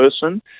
person